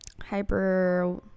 hyper